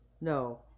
no